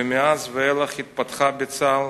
ומאז ואילך התפתחה בצה"ל